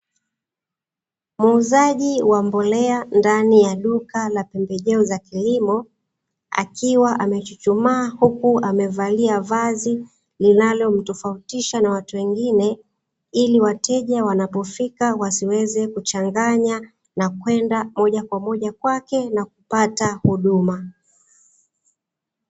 Muuzaji wa mbolea ndani ya duka la pembejeo za kilimo akiwa amechuchumaa huku amevalia vazi linalomtofautisha na watu wengine, ili wateja wanapofika wasiweze kuchanganya na kwenda moja kwa moja kwake na kupata huduma.